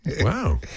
Wow